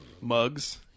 mugs